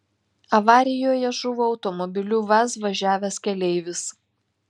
avarijoje žuvo automobiliu vaz važiavęs keleivis